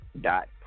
dot